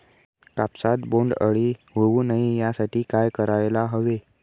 कापसात बोंडअळी होऊ नये यासाठी काय करायला हवे?